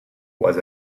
was